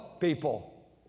people